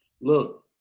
look